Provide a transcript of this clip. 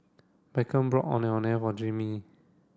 Beckham bought Ondeh Ondeh for Jazmine